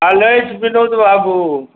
की हाल अछि विनोद बाबु